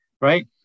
right